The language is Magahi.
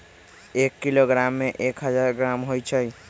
एक किलोग्राम में एक हजार ग्राम होई छई